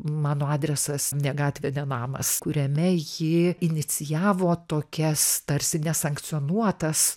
mano adresas ne gatvė ne namas kuriame ji inicijavo tokias tarsi nesankcionuotas